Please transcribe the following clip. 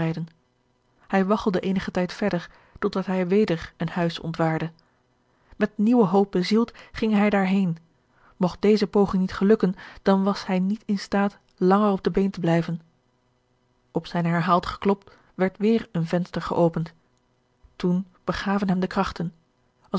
hij waggelde eenigen tijd verder totdat hij weder een huis ontwaarde met nieuwe hoop bezield ging hij daar heen mogt deze poging niet gelukken dan was hij niet in staat langer op de been te blijven op zijn herhaald geklop werd weêr een venster geopend toen begaven hem de krachten